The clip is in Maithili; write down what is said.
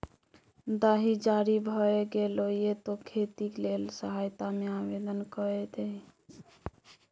दाही जारी भए गेलौ ये तें खेती लेल सहायता मे आवदेन कए दही